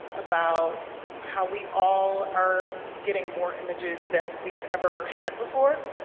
about how we all our getting more images than we've ever had before.